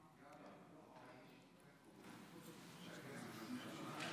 אדמה עומדות שתי אפשרויות: להמשיך להתגורר באותה דירה במהלך